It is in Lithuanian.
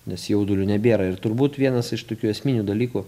nes jaudulių nebėra ir turbūt vienas iš tokių esminių dalykų